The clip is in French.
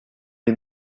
les